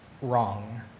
wrong